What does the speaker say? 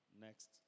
next